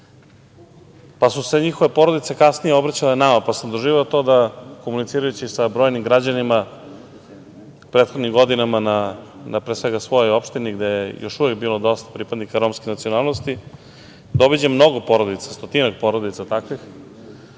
su se njihove porodice kasnije obraćale nama, pa sam doživeo to da komunicirajući sa brojnim građanima, u prethodnim godinama na pre svega svojoj opštini gde je još uvek bilo dosta pripadnika romske nacionalnosti, da obiđem mnogo porodica, stotinak porodica takvih